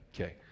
Okay